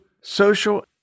social